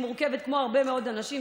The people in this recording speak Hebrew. כמו של הרבה מאוד אנשים,